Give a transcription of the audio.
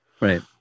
Right